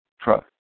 trust